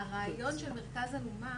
הרעיון של מרכז אלומה